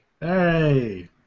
Hey